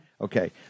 Okay